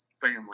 family